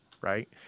right